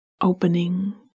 opening